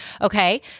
Okay